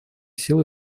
силы